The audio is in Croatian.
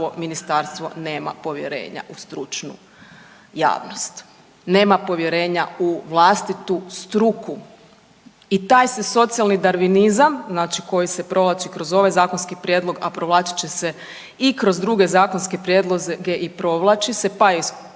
ovo ministarstvo nema povjerenja u stručnu javnost. Nema povjerenja u vlastitu struku. I taj se socijalni darvinizam znači se provlači kroz ovaj zakonski prijedlog, a provlačit će se i kroz druge zakonske prijedloge i provlači se pa i